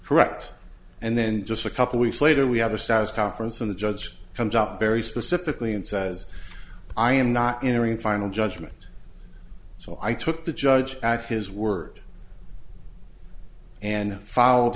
correct and then just a couple weeks later we have a status conference and the judge comes up very specifically and says i am not entering final judgement so i took the judge at his word and followed